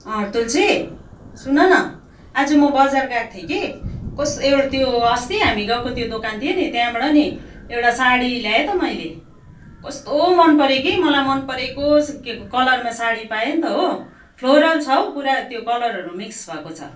तुलसी सुन न आजु म बजार गाक् थिएँ कि कोस् एउटा त्यो अस्ति हामी गएको त्यो दोकान थियो नि त्यहाँबाट नि एउटा साडी ल्याएँ त मैले कस्तो मनपऱ्यो कि मलाई मनपरेको कलरमा साडी पाएँ नि त हो फ्लोरल छ हौ पुरा त्यो कलरहरू मिक्स भएको छ